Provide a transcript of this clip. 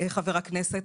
חבר הכנסת,